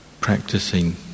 practicing